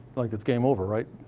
like it's game over, right?